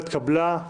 הרוויזיה לא התקבלה.